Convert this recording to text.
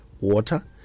water